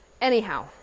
Anyhow